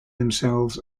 themselves